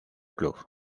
club